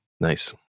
nice